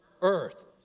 Earth